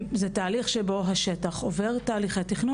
זה תהליך שבו השטח עובר תהליכי תכנון